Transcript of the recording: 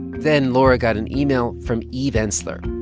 then laura got an email from eve ensler,